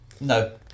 No